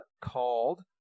called